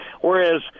whereas